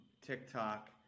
TikTok